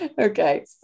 okay